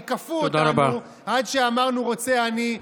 כי כפו אותנו עד שאמרנו "רוצה אני".